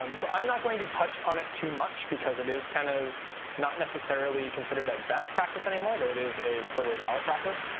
um so i'm not going to touch on it too much, because it is kind of not necessarily considered a best practice anymore, though it is a totally valid practice.